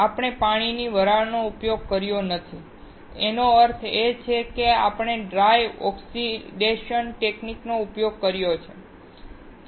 આપણે પાણીની વરાળનો ઉપયોગ કર્યો નથી તેનો અર્થ એ કે આપણે ડ્રાય ઓક્સિડેશન ટેકનિકનો ઉપયોગ કર્યો છે